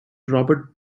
robert